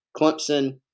Clemson